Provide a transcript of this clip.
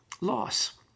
loss